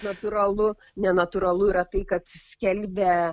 natūralu nenatūralu yra tai kad skelbia